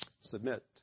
Submit